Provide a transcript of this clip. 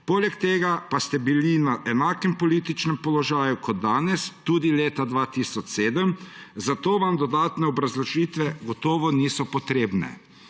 poleg tega pa ste bili na enakem političnem položaju kot danes tudi leta 2007, zato vam dodatne obrazložitve gotovo niso potrebne.